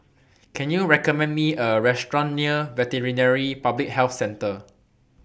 Can YOU recommend Me A Restaurant near Veterinary Public Health Centre